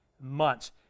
months